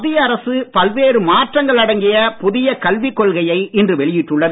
மத்திய அரசு பல்வேறு மாற்றங்கள் அடங்கிய புதிய கல்விக் கொள்கையை இன்று வெளியிட்டுள்ளது